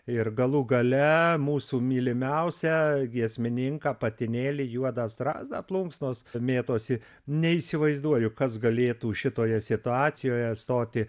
ir galų gale mūsų mylimiausią giesmininką patinėlį juodą strazdą plunksnos mėtosi neįsivaizduoju kas galėtų šitoje situacijoje stoti